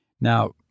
Now